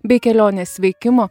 bei kelionės veikimo